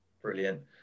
Brilliant